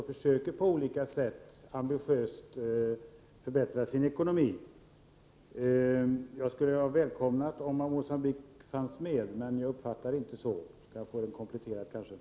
Man försöker där ambitiöst att på olika sätt förbättra ekonomin. Jag skulle ha välkomnat om Mogambique funnits med bland de aktuella länderna, men jag uppfattade det inte så. Jag kanske kan få en komplettering på den punkten.